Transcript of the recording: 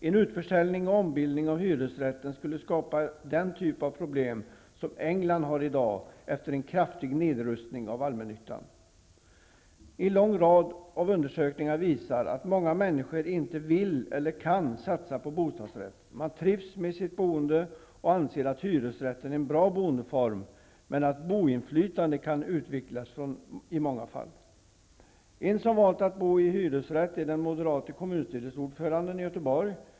En utförsäljning och ombildning av hyresrätten skulle skapa den typ av problem som England har i dag efter en kraftig nedrustning av allmännyttan. En lång rad av undersökningar visar att många människor inte vill eller kan satsa på bostadsrätt. Man trivs med sitt boende och anser att hyresrätt är en bra boendeform, men att boinflytandet kan utvecklas i många fall. En som valt att bo i hyresrätt är den moderate kommunstyrelseordföranden i Göteborg.